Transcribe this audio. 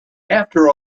after